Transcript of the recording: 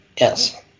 yes